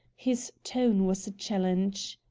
his tone was a challenge.